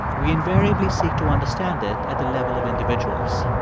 we invariably seek to understand it at the level of individuals.